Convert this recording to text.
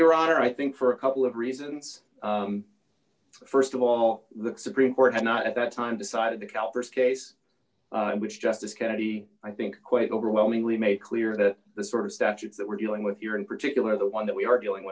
your honor i think for a couple of reasons first of all the supreme court had not at that time decided to calibers case in which justice kennedy i think quite overwhelmingly made it clear that this sort of statutes that we're dealing with here in particular the one that we are dealing